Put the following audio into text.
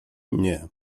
nie